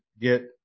get